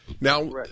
Now